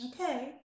Okay